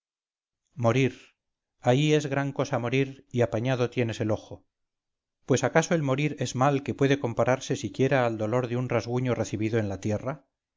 morir ahí es gran cosa morir y apañado tienes el ojo pues acaso el morir es mal que puede compararse siquiera al dolor de un rasguño recibido en la tierra